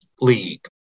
league